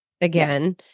again